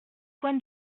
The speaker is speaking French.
coin